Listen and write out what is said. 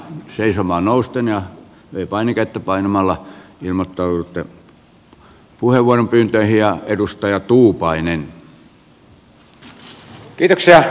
seisomaan nousten ja v painiketta painamalla ilmoittaudutte puheenvuoropyyntöihin